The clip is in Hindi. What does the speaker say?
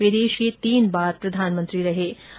वे देश के तीन बार प्रधानमंत्री बने